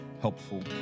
helpful